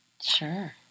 Sure